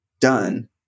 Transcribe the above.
done